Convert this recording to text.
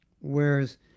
Whereas